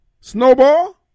Snowball